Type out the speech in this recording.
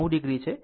9 o છે